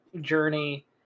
journey